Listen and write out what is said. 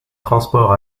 transport